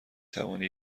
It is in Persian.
توانی